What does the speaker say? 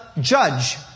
judge